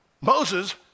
Moses